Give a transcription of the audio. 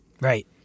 Right